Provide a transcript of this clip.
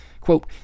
Quote